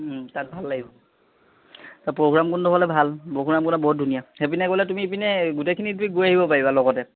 তাত ভাল লাগিব ত' পৰশুৰাম কুণ্ড হ'লে ভাল পৰশুৰাম কুণ্ড বহুত ধুনীয়া সেইপিনে গ'লে তুমি ইপিনে গোটেইখিনি গৈ আহিব পাৰিবা লগতে